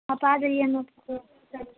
آپ آ جائیے ہم آپ کو